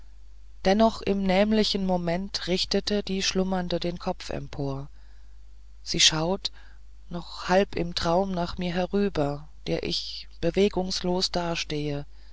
dennoch im nämlichen moment richtet die schlummernde den kopf empor sie schaut noch halb im traum nach mir herüber der ich bewegungslos dastehe